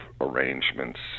arrangements